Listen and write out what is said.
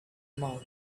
mouth